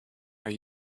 are